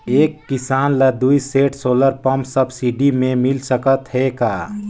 एक किसान ल दुई सेट सोलर पम्प सब्सिडी मे मिल सकत हे का?